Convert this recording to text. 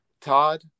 Todd